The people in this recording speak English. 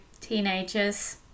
teenagers